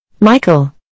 Michael